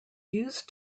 used